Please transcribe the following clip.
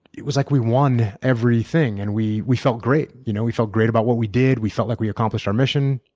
it was like we won everything and we we felt great. you know we felt great about what we did. we felt like we accomplished our mission.